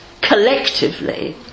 collectively